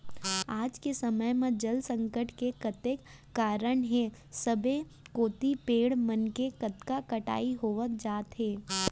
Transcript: आज के समे म जल संकट के कतेक कारन हे सबे कोइत पेड़ मन के कतका कटई होवत जात हे